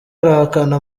arahakana